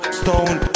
stone